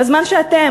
בזמן שאתם,